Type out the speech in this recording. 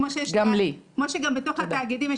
כמו שגם בתוך התאגידים,